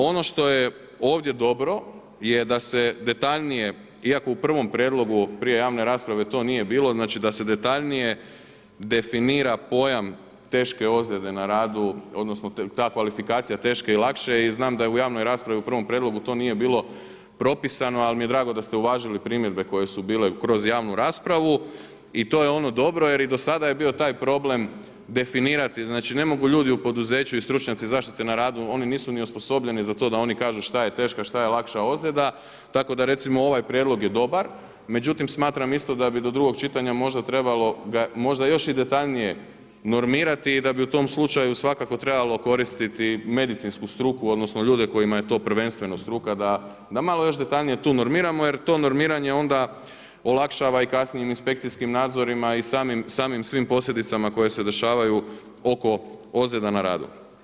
Ono što je ovdje dobro je da se detaljnije, iako u prvom prijedlogu, prije javne rasprave to nije bilo, znači da se detaljnije definira pojam teške ozljede na radu, odnosno ta kvalifikacija teške i lakše i znam da je u javnoj raspravi u prvom prijedlogu to nije bilo propisano, ali mi je drago da ste uvažili primjedbe koje su bile kroz javnu raspravu i to je ono dobro jer i do sada je bio taj problem definirati, znači ne mogu ljudi u poduzeću i stručnjaci zaštite na radu, oni nisu ni osposobljeni za to da oni kažu što je teška, šta lakša ozljeda, tako da recimo ovaj prijedlog je dobar, međutim smatram isto da bi do drugog čitanja možda trebalo ga možda još i detaljnije normirati i da bi u tom slučaju svakako trebalo koristiti medicinsku struku, odnosno ljude kojima je to prvenstveno struka da malo još detaljnije tu normiramo, jer to normiranje onda olakšava i kasnijim inspekcijskim nadzorima i samim svim posljedicama koje se dešavaju oko ozljeda na radu.